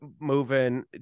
moving